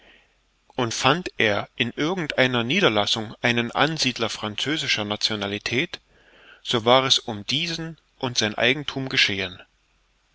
und fand er in irgend einer niederlassung einen ansiedler französischer nationalität so war es um diesen und sein eigenthum geschehen